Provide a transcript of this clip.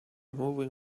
moving